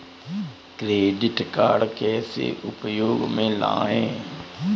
Credit card कैसे उपयोग में लाएँ?